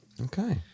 Okay